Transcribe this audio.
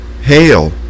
hail